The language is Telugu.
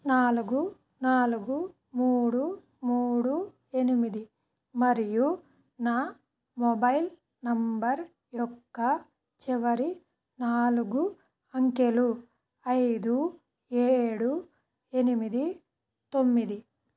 నాలుగు నాలుగు మూడు మూడు ఎనిమిది మరియు నా మొబైల్ నంబర్ యొక్క చివరి నాలుగు అంకెలు ఐదు ఏడు ఎనిమిది తొమ్మిది